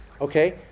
okay